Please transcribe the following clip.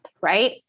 right